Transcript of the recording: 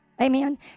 Amen